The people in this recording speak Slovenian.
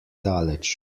daleč